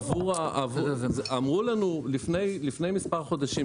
אמרו לנו לפני מספר חודשים,